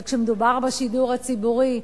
אבל כשמדובר בשידור הציבורי,